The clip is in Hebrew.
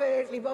תראה,